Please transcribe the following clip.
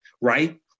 right